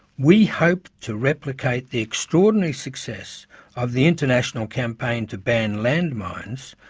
we hope to replicate the extraordinary success of the international campaign to ban landmines,